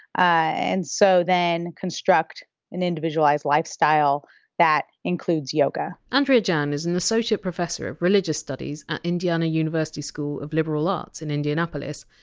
and so then construct an individualized lifestyle that includes yoga andrea jain is an associate professor of religious studies at indiana university school of liberal arts in indianapolis,